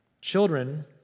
Children